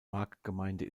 marktgemeinde